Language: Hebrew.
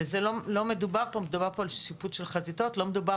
מדובר כאן על שיפוץ של חזיתות ולא מדובר